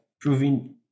proving